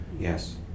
Yes